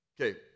Okay